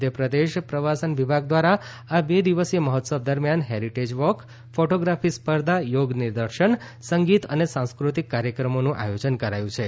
મધ્યપ્રદેશ પ્રવાસન વિભાગ દ્વારા આ બે દિવસીય મહોત્સવ દરમિયાન હેરિટેજ વોક ફોટોગ્રાફી સ્પર્ધા યોગ નિર્દશન સંગીત અને સાંસ્ક઼તિક કાર્યક્રમોનું આયોજન કરાયું છે